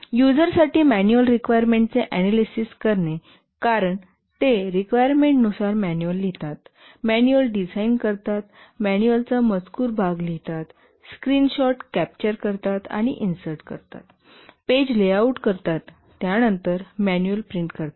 युजरसाठी manual रिक्वायरमेंटचे analysis करा कारण ते रिक्वायरमेंट नुसार मॅन्युअल लिहितात मॅन्युअल डिझाइन करतात मॅन्युअलचा मजकूर भाग लिहितात स्क्रीनशॉट कॅप्चर करतात आणि इन्सर्ट करतात पेज लेआउट करतात त्यानंतर मॅन्युअल प्रिंट करतात